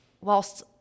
whilst